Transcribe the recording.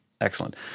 Excellent